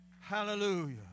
Hallelujah